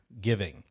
giving